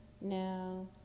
Now